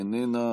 איננה,